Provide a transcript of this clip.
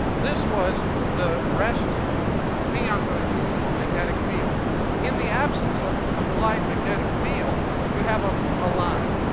this was the rest b, i'm going to use as magnetic field in the absence of applied magnetic field you have a ah line.